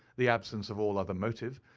the absence of all other motive,